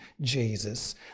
Jesus